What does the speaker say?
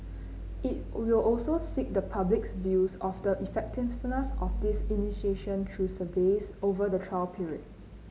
it will also seek the public's views of the effectiveness of this initiative through surveys over the trial period